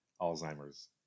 Alzheimer's